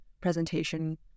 presentation